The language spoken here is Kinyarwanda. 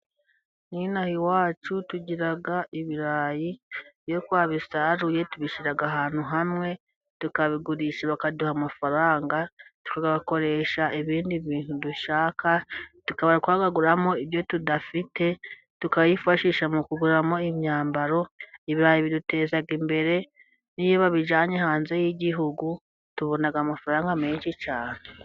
Ino aha iwacu tugira ibirayi iyo twabisaruye tubishyira ahantu hamwe, tukabigurisha bakaduha amafaranga tukayakoresha ibindi bintu dushaka, tukaba twayaguramo ibyo tudafite tukayifashisha mu kuguramo imyambaro, ibirayi biduteza imbere n'iyo babijyanye hanze y'igihugu tubona amafaranga menshi cyane.